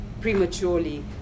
prematurely